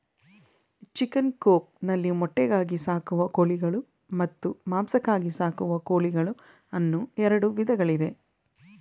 chicken coop ನಲ್ಲಿ ಮೊಟ್ಟೆಗಾಗಿ ಸಾಕುವ ಕೋಳಿಗಳು ಮತ್ತು ಮಾಂಸಕ್ಕಾಗಿ ಸಾಕುವ ಕೋಳಿಗಳು ಅನ್ನೂ ಎರಡು ವಿಧಗಳಿವೆ